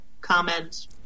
comment